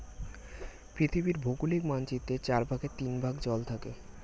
পৃথিবীর ভৌগোলিক মানচিত্রের চার ভাগের তিন ভাগ জল থাকে